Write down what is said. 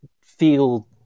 feel